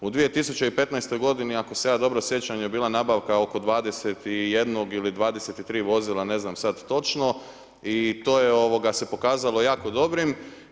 U 2015. godini ako se ja dobro sjećam je bila nabavka oko 21 ili 23 vozila, ne znam sada točno i to je se pokazalo jako dobrim.